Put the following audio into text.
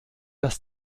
dass